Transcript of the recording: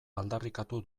aldarrikatu